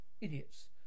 idiots